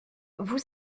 vous